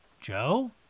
Joe